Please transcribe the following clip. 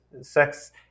sex